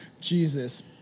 Jesus